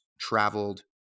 traveled